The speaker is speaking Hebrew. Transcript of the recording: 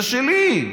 זה שלי.